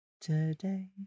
today